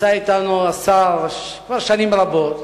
נמצא אתנו, השר, כבר שנים רבות,